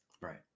Right